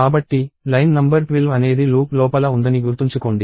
కాబట్టి line number 12 అనేది loop లోపల ఉందని గుర్తుంచుకోండి